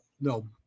no